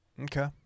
Okay